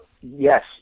Yes